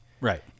right